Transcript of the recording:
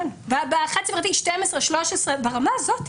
כן, או 12-13, ברמה הזו.